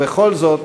ובכל זאת